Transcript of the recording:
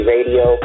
Radio